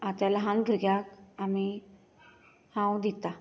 आ त्या ल्हान भुरग्याक आमी हांव दिता